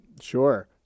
Sure